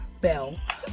bell